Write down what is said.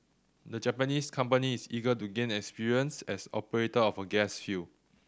the Japanese company is eager to gain experience as operator of a gas field